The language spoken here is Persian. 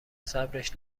صبرش